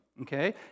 Okay